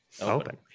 Open